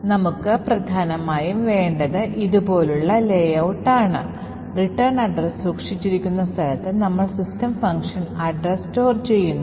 അതിനാൽ നമ്മൾ അവിടെ നിന്ന് ചില റാൻഡം ഡാറ്റ എടുത്ത് അത് EAX രജിസ്റ്ററിലേക്ക് നീക്കുകയും തുടർന്ന് EAX രജിസ്റ്ററിലെ ഉള്ളടക്കങ്ങൾ സ്റ്റാക്കിലേക്ക് സംഭരിക്കുകയും ചെയ്യുന്നു